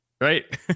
right